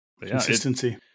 Consistency